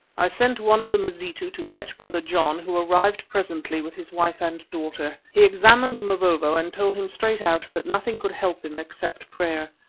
i sent one of the mazitu to fetch brother john, who arrived presently with his wife and daughter. he examined mavovo and told him straight out that nothing could help him except prayer.